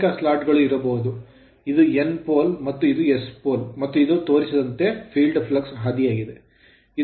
ಅನೇಕ slot slot ಗಳು ಇರಬಹುದು ಇದು N pole ಎನ್ ಪೋಲ್ ಮತ್ತು ಇದು S pole ಎಸ್ ಪೋಲ್ ಮತ್ತು ಇದು ತೋರಿಸಿದಂತೆ field flux ಫೀಲ್ಡ್ ಫ್ಲಕ್ಸ್ ಹಾದಿಯಾಗಿದೆ